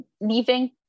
leaving